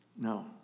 No